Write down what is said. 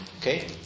Okay